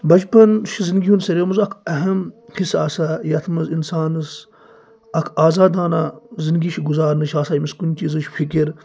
بَچپَن چھُ زِندگی ہُنٛد سِرو منٛز اَکھ اِہم حِصہٕ آسان یِتھ منٛز اِنسانَس اَکھ آزادانا زِندگی چھ گُزارٕنۍ آسان نہ چھِ أمِس کُنہ چیزٕچ فِکِر